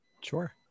Sure